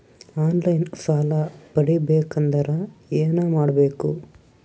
On line ಸಾಲ ಪಡಿಬೇಕಂದರ ಏನಮಾಡಬೇಕು?